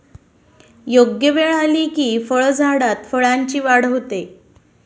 योग्य वेळ आली की फळझाडात फळांची वाढ होते